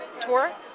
tour